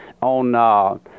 on